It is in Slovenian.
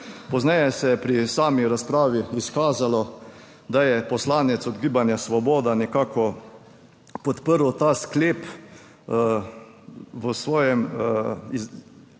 Pozneje se je pri sami razpravi izkazalo, da je poslanec od Gibanja Svoboda nekako podprl ta sklep v svoji in